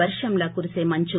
వర్షంలా కురీసే మంచు